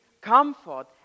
comfort